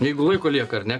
jeigu laiko lieka ar ne